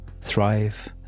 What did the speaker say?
thrive